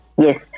Yes